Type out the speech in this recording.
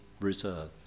Reserve